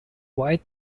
white